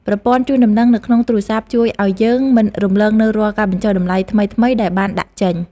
ប្រព័ន្ធជូនដំណឹងនៅក្នុងទូរស័ព្ទជួយឱ្យយើងមិនរំលងនូវរាល់ការបញ្ចុះតម្លៃថ្មីៗដែលបានដាក់ចេញ។